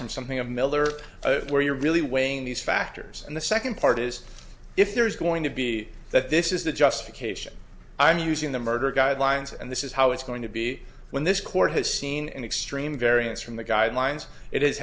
from something a miller where you're really weighing these factors and the second part is if there is going to be that this is the justification i'm using the murder guidelines and this is how it's going to be when this court has seen an extreme variance from the guidelines it has